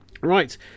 Right